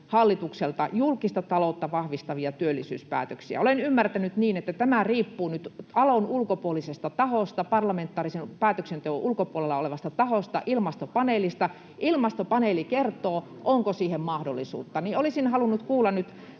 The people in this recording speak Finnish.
hallitukselta julkista taloutta vahvistavia työllisyyspäätöksiä? Olen ymmärtänyt niin, että tämä riippuu nyt talon ulkopuolisesta tahosta, parlamentaarisen päätöksenteon ulkopuolella olevasta tahosta, ilmastopaneelista. Ilmastopaneeli kertoo, onko siihen mahdollisuutta. Olisin halunnut kuulla nyt